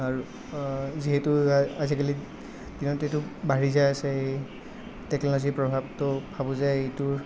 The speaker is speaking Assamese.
আৰু যিহেতু আজিকালি দিনত এইটো বাঢ়ি যায় আছে এই টেকন'লজিৰ প্ৰভাৱটো ভাবোঁ যে এইটো